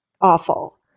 awful